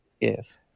Yes